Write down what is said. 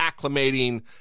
acclimating